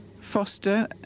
foster